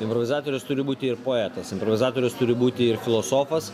improvizatorius turi būti ir poetas improvizatorius turi būti ir filosofas